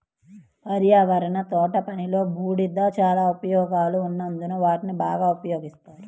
పర్యావరణ తోటపనిలో, బూడిద చాలా ఉపయోగాలు ఉన్నందున వాటిని బాగా ఉపయోగిస్తారు